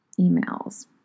emails